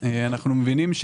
אנחנו גם לא מצביעים על זה.